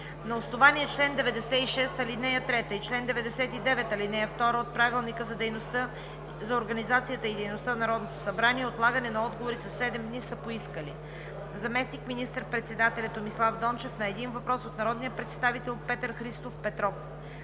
На основание чл. 96, ал. 3 и чл. 99, ал. 2 от Правилника за организацията и дейността на Народното събрание отлагане на отговори със седем дни са поискали: - заместник министър-председателят Томислав Дончев на един въпрос от народния представител Петър Христов Петров;